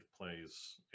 plays